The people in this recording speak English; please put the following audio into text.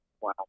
Wow